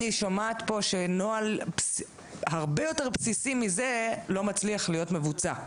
אני שומעת פה שנוהל הרבה יותר בסיסי מזה לא מצליח להיות מבוצע.